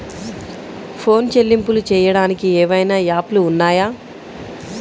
Phone చెల్లింపులు చెయ్యటానికి ఏవైనా యాప్లు ఉన్నాయా?